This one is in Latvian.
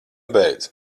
beidz